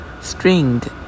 stringed